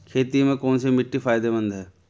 खेती में कौनसी मिट्टी फायदेमंद है?